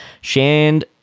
Shand